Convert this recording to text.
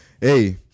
hey